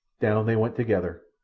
down they went together,